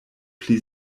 pli